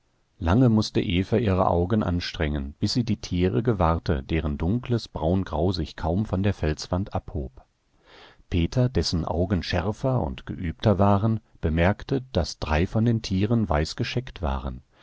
lange mußte eva ihre augen anstrengen bis sie die tiere gewahrte deren dunkles braungrau sich kaum von der felswand abhob peter dessen augen schärfer und geübter waren bemerkte daß drei von den tieren weiß gescheckt waren